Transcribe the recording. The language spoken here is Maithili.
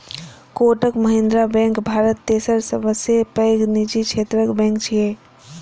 कोटक महिंद्रा बैंक भारत तेसर सबसं पैघ निजी क्षेत्रक बैंक छियै